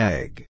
Egg